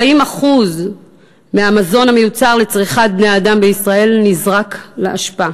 40% מהמזון המיוצר לצריכת בני-אדם בישראל נזרק לאשפה